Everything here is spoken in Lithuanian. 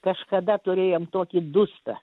kažkada turėjom tokį dustą